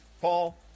Paul